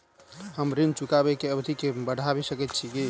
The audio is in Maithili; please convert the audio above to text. हम ऋण चुकाबै केँ अवधि केँ बढ़ाबी सकैत छी की?